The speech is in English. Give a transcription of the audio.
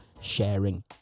sharing